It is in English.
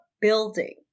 building